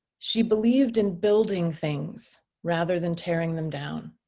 she believed in building things rather than tearing them down.